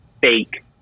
fake